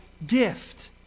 gift